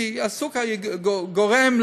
כי סוכר גורם,